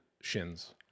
shins